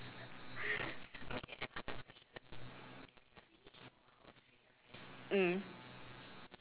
mm